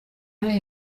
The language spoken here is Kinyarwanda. ayahe